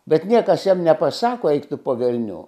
bet niekas jam nepasako eik tu po velnių